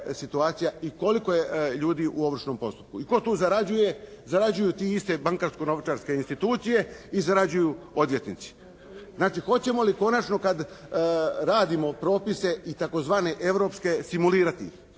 i koliko je ljudi u ovršnom postupku i tko tu zarađuje? Zarađuju te iste bankarsko-novčarske institucije i zarađuju odvjetnici. Znači hoćemo li konačno kad radimo propise i tzv. europske, simulirati ih.